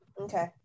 Okay